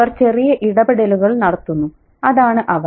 അവർ ചെറിയ ഇടപെടലുകൾ നടത്തുന്നു അതാണ് അവർ